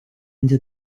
into